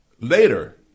Later